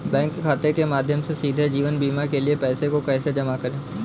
Bank खाते के माध्यम से सीधे जीवन बीमा के लिए पैसे को कैसे जमा करें?